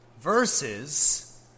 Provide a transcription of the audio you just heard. Verses